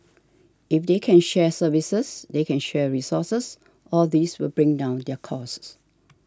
if they can share services they can share resources all these will bring down their costs